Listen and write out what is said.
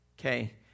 Okay